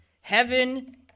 Heaven